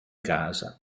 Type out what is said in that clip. casa